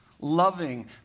loving